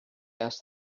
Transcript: asked